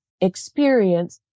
experience